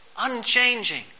unchanging